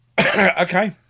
Okay